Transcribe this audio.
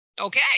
Okay